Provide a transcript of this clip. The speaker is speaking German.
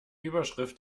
überschrift